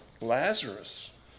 Lazarus